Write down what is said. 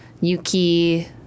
yuki